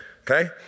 Okay